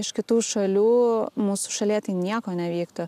iš kitų šalių mūsų šalyje tai nieko nevyktų